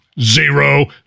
Zero